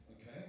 Okay